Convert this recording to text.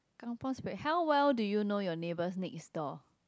kampung spirit how well do you know your neighbours next door